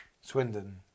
Swindon